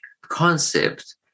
concept